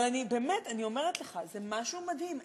אבל באמת, אני אומרת לך, זה משהו מדהים.